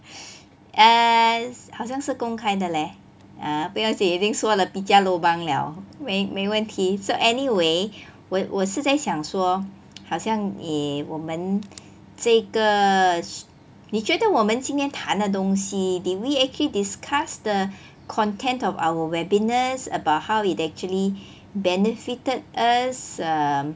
err 好像是公开的 leh ah 不要紧已经说了比较 lobang 了没没问题 so anyway 我我是在想说好像 eh 我们这个你觉得我们今年谈的东西 did we actually discuss the content of our webinars about how it actually benefited us um